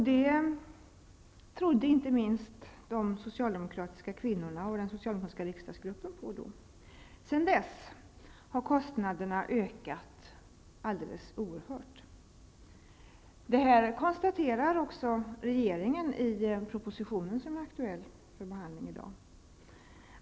Det trodde då den socialdemokratiska riksdagsgruppen och inte minst de socialdemokratiska kvinnorna på. Sedan dess har kostnaderna ökat alldeles oerhört. Regeringen konstaterar också detta i den proposition som vi nu behandlar.